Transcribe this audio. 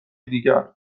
دیگر